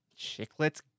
chiclets